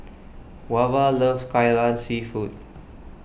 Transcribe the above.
Wava loves Kai Lan Seafood